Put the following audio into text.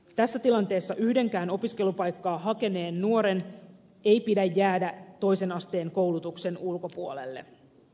tässä tilanteessa yhdenkään opiskelupaikkaa hakeneen nuoren ei pidä jäädä toisen asteen koulutuksen ulkopuolelle